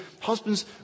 husbands